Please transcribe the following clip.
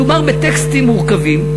מדובר בטקסטים מורכבים,